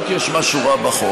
לא כי יש משהו רע בחוק,